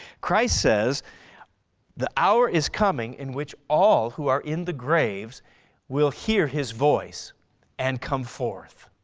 christ says the hour is coming in which all who are in the graves will hear his voice and come forth.